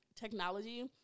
technology